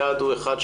היעד הוא אחד,